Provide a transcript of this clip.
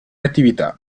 attività